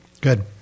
Good